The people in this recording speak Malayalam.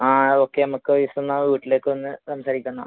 ആ ഓക്കെ നമുക്ക് ഒരു ദിവസം എന്നാൽ വീട്ടിലേക്ക് വന്ന് സംസാരിക്കാം എന്നാൽ